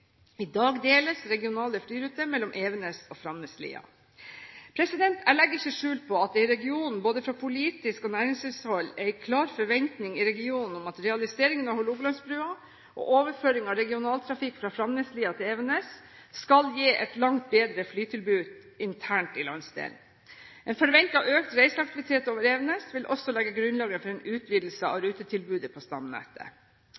I dag deles regionale flyruter mellom Evenes og Framneslia. Jeg legger ikke skjul på at det i regionen både fra politisk hold og fra næringslivshold er en klar forventning i regionen om at realiseringen av Hålogalandsbrua og overføring av regionaltrafikk fra Framneslia til Evenes skal gi et langt bedre flytilbud internt i landsdelen. En forventet økt reiseaktivitet over Evenes vil også legge grunnlaget for en utvidelse av